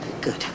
Good